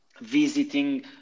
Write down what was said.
visiting